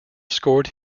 scored